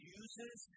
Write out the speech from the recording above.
uses